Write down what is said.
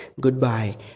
Goodbye